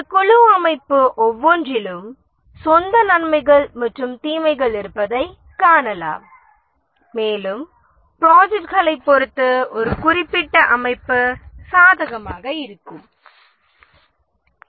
இந்த குழு அமைப்பு ஒவ்வொன்றிலும் சொந்த நன்மைகள் மற்றும் தீமைகள் இருப்பதைக் காண்போம் மேலும் ப்ராஜெக்ட்களை பொறுத்து ஒரு குறிப்பிட்ட குழு அமைப்பு சாதகமாக இருக்கலாம்